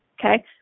Okay